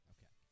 Okay